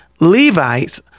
Levites